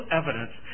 evidence